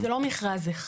כי זה לא מכרז אחד.